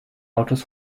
autos